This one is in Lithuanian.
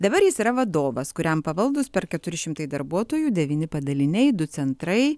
dabar jis yra vadovas kuriam pavaldūs per keturi šimtai darbuotojų devyni padaliniai du centrai